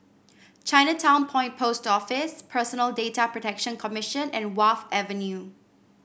Chinatown Point Post Office Personal Data Protection Commission and Wharf Avenue